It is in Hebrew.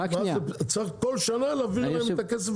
צריך כל שנה להעביר להם את הכסף